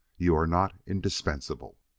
you are not indispensable.